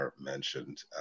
mentioned